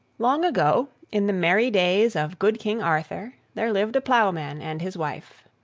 long ago, in the merry days of good king arthur, there lived a ploughman and his wife.